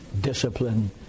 discipline